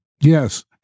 yes